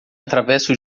atravessa